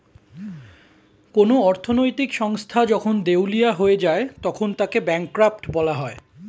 কোন অর্থনৈতিক সংস্থা যখন দেউলিয়া হয়ে যায় তখন তাকে ব্যাঙ্করাপ্ট বলা হয়